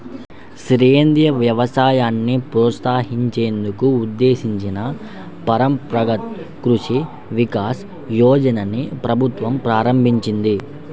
సేంద్రియ వ్యవసాయాన్ని ప్రోత్సహించేందుకు ఉద్దేశించిన పరంపరగత్ కృషి వికాస్ యోజనని ప్రభుత్వం ప్రారంభించింది